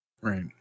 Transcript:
Right